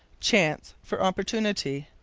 chance for opportunity.